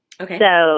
Okay